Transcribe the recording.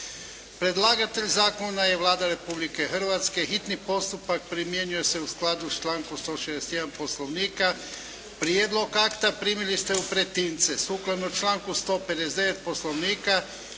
Predlagatelj zakona je Vlada Republike Hrvatske. Hitni postupak primjenjuje se u skladu sa člankom 161. Poslovnika. Prijedlog akta primili ste u pretince. Sukladno članku 159. Poslovnika,